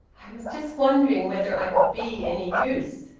i was just wondering whether i could be any use,